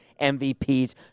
MVPs